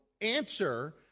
answer